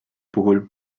puhul